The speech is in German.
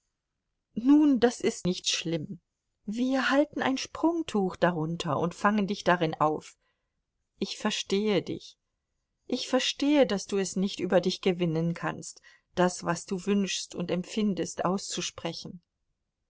nun das ist nicht schlimm wir halten ein sprungtuch darunter und fangen dich darin auf ich verstehe dich ich verstehe daß du es nicht über dich gewinnen kannst das was du wünschst und empfindest auszusprechen